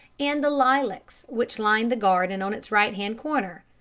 and the lilacs which lined the garden on its right-hand corner.